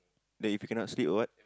then if you cannot sleep or what